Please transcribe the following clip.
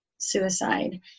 suicide